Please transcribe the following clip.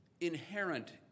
inherent